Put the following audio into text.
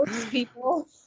people